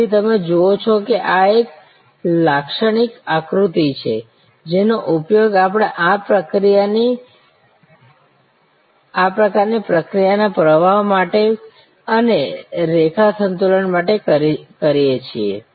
તેથી તમે જુઓ છો કે આ એક લાક્ષણિક આકૃતિ છે જેનો ઉપયોગ આપણે આ પ્રકારની પ્રક્રિયાના પ્રવાહ માટે અને રેખા સંતુલન માટે કરીએ છીએ